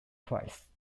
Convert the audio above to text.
twice